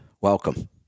welcome